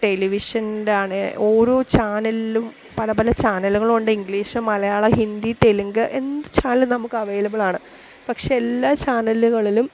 ടെലിവിഷൻ്റൊണെ ഓരോ ചാനലിലും പല പല ചാനലുകളുമുണ്ട് ഇംഗ്ലീഷ് മലയാളം ഹിന്ദി തെലുങ്ക് എന്ത് ചാനലും നമുക്ക് അവൈലബിളാണ് പക്ഷെ എല്ലാ ചാനലുകളിലും